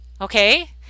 Okay